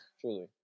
Truly